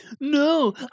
no